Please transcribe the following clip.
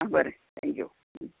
आं बरें थँक्यू